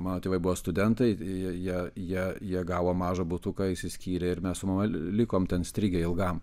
mano tėvai buvo studentai jie jie jie gavo mažą butuką išsiskyrė ir mes mama likom ten strigę ilgam